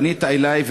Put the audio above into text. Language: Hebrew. "פנית אלי,